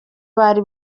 bari